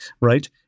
right